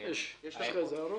ה-ICAO.